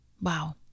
Wow